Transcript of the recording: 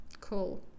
Cool